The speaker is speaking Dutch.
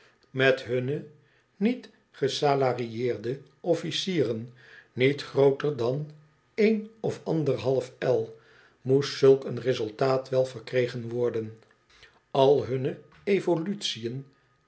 met hunne niet gesalarieerde officieren niet grooter dan een of anderhalf el moest zulk een resultaat we verkregen worden al hunne evolutiën